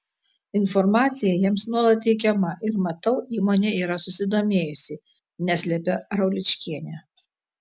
informacija jiems nuolat teikiama ir matau įmonė yra susidomėjusi neslepia rauličkienė